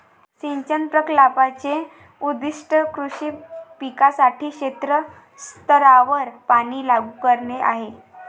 सिंचन प्रकल्पाचे उद्दीष्ट कृषी पिकांसाठी क्षेत्र स्तरावर पाणी लागू करणे आहे